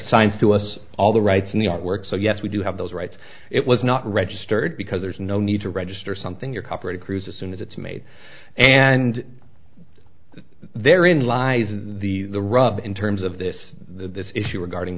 science to us all the rights in the artwork so yes we do have those rights it was not registered because there's no need to register something you're cooperative crews as soon as it's made and therein lies the rub in terms of this this issue regarding